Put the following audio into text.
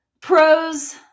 pros